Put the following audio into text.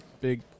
big